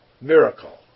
miracle